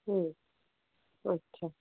হুম আচ্ছা